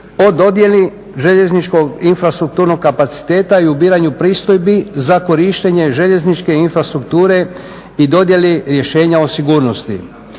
O dodjeli željezničkog infrastrukturnog kapaciteta i ubiranju pristojbi za korištenje željezničke infrastrukture i dodjeli rješenja o sigurnosti.